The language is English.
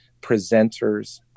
presenters